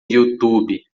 youtube